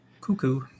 cuckoo